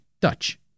Dutch